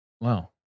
Wow